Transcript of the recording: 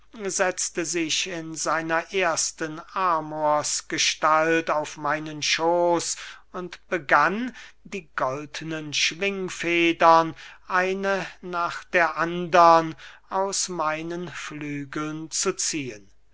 setzte sich in seiner ersten amorsgestalt auf meinen schooß und begann die goldnen schwingfedern eine nach der andern aus meinen flügeln zu ziehen